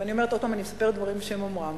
ואני אומרת עוד פעם, אני מספרת דברים בשם אומרם,